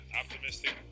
optimistic